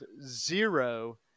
zero